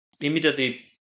immediately